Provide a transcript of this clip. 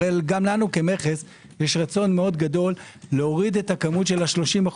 גם לנו כמכס יש רצון גדול מאוד להוריד את כמות ה-30%